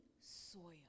soil